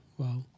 wow